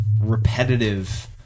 repetitive